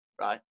right